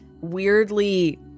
weirdly